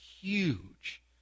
huge